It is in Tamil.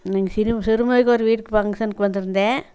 நான் சிறு சிறுமுகைக்கு ஒரு வீட்டு ஃபங்ஷனுக்கு வந்திருந்தேன்